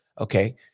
okay